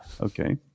Okay